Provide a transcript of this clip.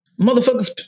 motherfuckers